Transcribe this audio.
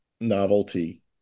novelty